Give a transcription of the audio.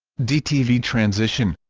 dtv transition